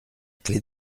clé